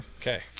okay